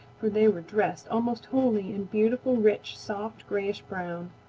for they were dressed almost wholly in beautiful, rich, soft grayish-brown.